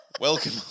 welcome